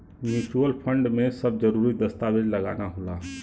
mutual fund में सब जरूरी दस्तावेज लगाना होला